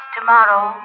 Tomorrow